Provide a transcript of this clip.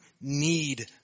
need